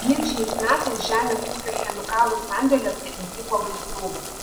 vien šiais metais žemės ūkio chemikalų sandėliuose įvyko gaisrų